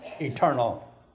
eternal